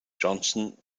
johnson